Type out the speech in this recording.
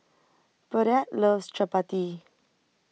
Burdette loves Chapati